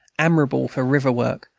admirable for river-work,